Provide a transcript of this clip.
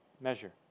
measure